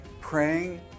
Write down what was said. Praying